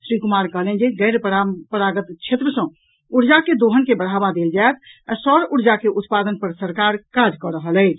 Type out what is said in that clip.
श्री कुमार कहलनि जे गैर परंपरागत क्षेत्र सॅ ऊर्जा के दोहन के बढ़ावा देल जायत आ सौर ऊर्जा के उत्पादन पर सरकार काज कऽ रहल अछि